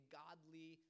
godly